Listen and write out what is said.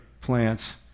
plants